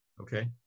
Okay